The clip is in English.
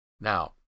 Now